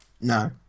No